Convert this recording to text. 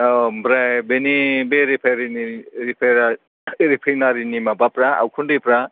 औ ओमफ्राय बेनि बे रिफेइनारिनि माबाफ्रा उखुन्दैफ्रा